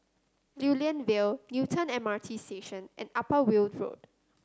Lew Lian Vale Newton MRT Station and Upper Weld Road